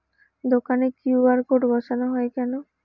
দোকানে QR code বসানো হয় কেন?